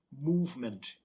movement